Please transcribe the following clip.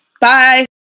Bye